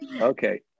okay